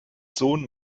sohn